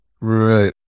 right